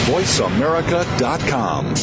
VoiceAmerica.com